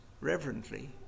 reverently